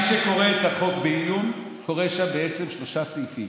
מי שקורא את החוק בעיון קורא שם בעצם שלושה סעיפים.